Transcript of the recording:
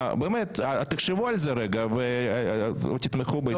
באמת תחשבו על זה רגע ותתמכו בהסתייגות הזו.